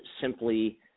simply